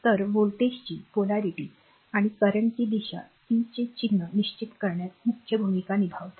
तर व्होल्टेजची polarity ध्रुवीयता आणि currentची दिशा पी चे चिन्ह निश्चित करण्यात मुख्य भूमिका निभावते